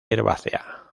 herbácea